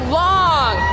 long